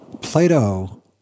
Plato